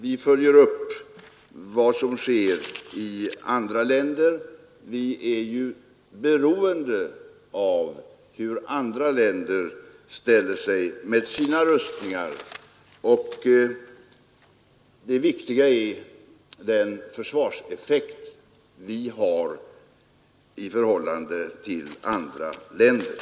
Vi följer upp vad som sker i andra länder. Vi är ju beroende av hur andra länder ställer sig med sina rustningar. Det viktiga är den försvarseffekt vi har i förhållande till andra länder.